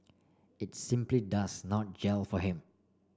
it simply does not gel for him